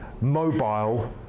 mobile